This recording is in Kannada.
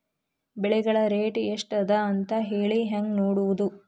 ಬೆಳೆಗಳ ರೇಟ್ ಎಷ್ಟ ಅದ ಅಂತ ಹೇಳಿ ಹೆಂಗ್ ನೋಡುವುದು?